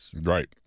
right